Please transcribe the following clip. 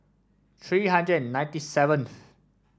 three hundred and ninety seventh